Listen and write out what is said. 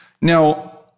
Now